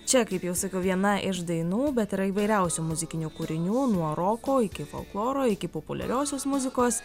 čia kaip jau sakiau viena iš dainų bet yra įvairiausių muzikinių kūrinių nuo roko iki folkloro iki populiariosios muzikos